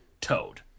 toad